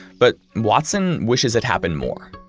but watson wishes it happened more.